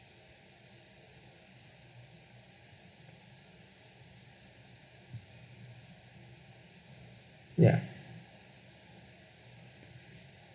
ya